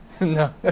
No